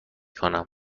کنم